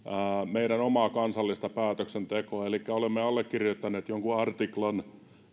meidän omaa kansallista päätöksentekoamme elikkä olemme allekirjoittaneet jonkun artiklan